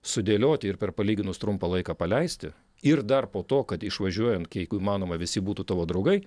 sudėlioti ir per palyginus trumpą laiką paleisti ir dar po to kad išvažiuojant jeigu įmanoma visi būtų tavo draugai